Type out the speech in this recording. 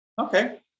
Okay